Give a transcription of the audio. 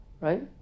right